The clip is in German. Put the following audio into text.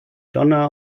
donna